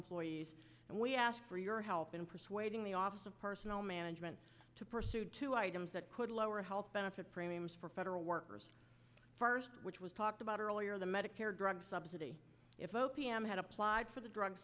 employees and we ask for your help in persuading the office of personnel management to pursue two items that could lower health benefits premiums for federal workers first which was talked about earlier the medicare drug subsidy if o p m had applied for the dru